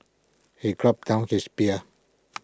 he gulped down his beer